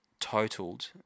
totaled